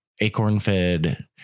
acorn-fed